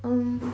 um